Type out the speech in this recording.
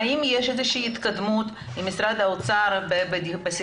האם יש התקדמות עם משרד האוצר בשיחות?